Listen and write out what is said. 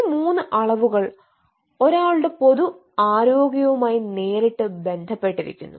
ഈ മൂന്ന് അളവുകൾ ഒരാളുടെ പൊതു ആരോഗ്യവുമായി നേരിട്ട് ബന്ധപ്പെട്ടിരിക്കുന്നു